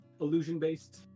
illusion-based